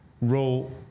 role